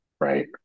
right